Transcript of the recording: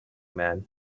man